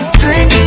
drink